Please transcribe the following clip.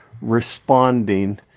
responding